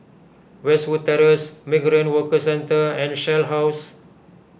Westwood Terrace Migrant Workers Centre and Shell House